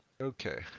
Okay